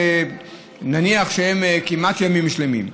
נניח של כמעט ימים שלמים,